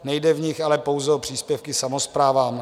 Nejde v nich ale pouze o příspěvky samosprávám.